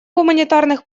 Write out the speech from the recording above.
гуманитарных